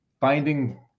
finding